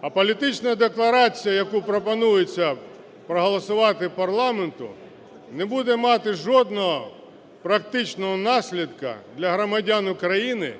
А політична декларація, яку пропонується проголосувати парламенту, не буде мати жодного практичного наслідку для громадян України,